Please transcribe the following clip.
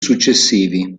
successivi